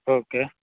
okay